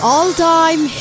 All-Time